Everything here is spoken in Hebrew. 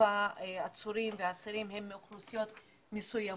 העצורים והאסירים הם מאוכלוסיות מסוימות.